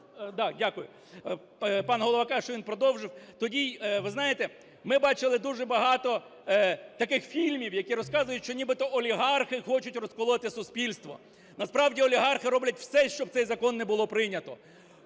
Да, дякую. Пан Голова каже, що він продовжив. Тоді… Ви знаєте, ми бачили дуже багато таких фільмів, які розказують, що нібито олігархи хочуть розколоти суспільство. Насправді, олігархи роблять все, щоб цей закон не було прийнято.